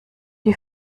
die